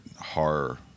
horror